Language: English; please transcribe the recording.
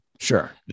Sure